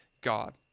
God